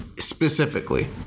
Specifically